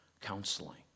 Counseling